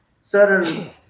certain